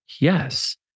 Yes